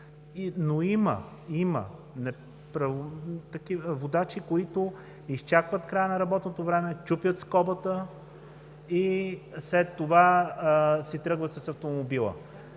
Но има водачи, които изчакват края на работното време, чупят скобата и след това си тръгват с автомобила